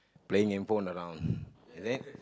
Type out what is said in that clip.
playing handphone around is it